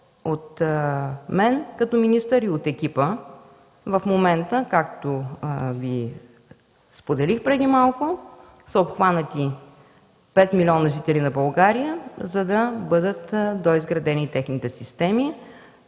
от мен като министър и от екипа в момента, както Ви споделих преди малко, са обхванати 5 млн. жители на България, за да бъдат доизградени техните системи.